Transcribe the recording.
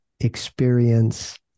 experience